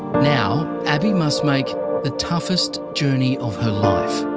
now, abii must make the toughest journey of her life.